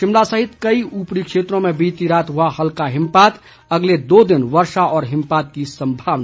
शिमला सहित कई ऊपरी क्षेत्रों में बीती रात हुआ हल्का हिमपात अगले दो दिन वर्षा व हिमपात की संभावना